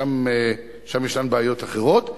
שם יש להם בעיות אחרות,